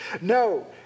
No